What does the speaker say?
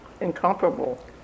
incomparable